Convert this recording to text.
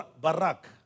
barak